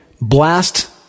blast